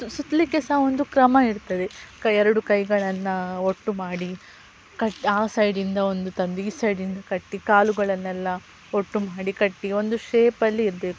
ಸುತ್ತಲಿಕ್ಕೆ ಸಹ ಒಂದು ಕ್ರಮ ಇರ್ತದೆ ಎರಡು ಕೈಗಳನ್ನು ಒಟ್ಟು ಮಾಡಿ ಕಟ್ ಆ ಸೈಡಿಂದ ಒಂದು ತಂದು ಈ ಸೈಡಿಂದ ಕಟ್ಟಿ ಕಾಲುಗಳನ್ನೆಲ್ಲ ಒಟ್ಟು ಮಾಡಿ ಕಟ್ಟಿ ಒಂದು ಶೇಪಲ್ಲಿ ಇರಬೇಕು